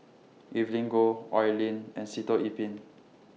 Evelyn Goh Oi Lin and Sitoh Yih Pin